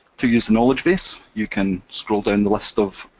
to use the knowledge base you can scroll down the list of